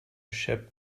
ship